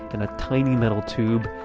in a tiny, metal tube,